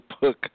book